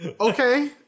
Okay